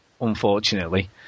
unfortunately